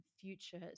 future